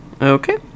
Okay